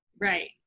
Right